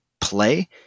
play